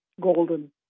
golden